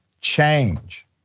change